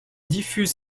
diffuse